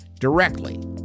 Directly